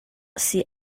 see